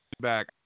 back